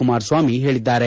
ಕುಮಾರಸ್ವಾಮಿ ಹೇಳಿದ್ದಾರೆ